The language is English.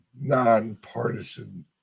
nonpartisan